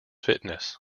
fitness